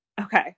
Okay